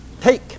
take